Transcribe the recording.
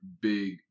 big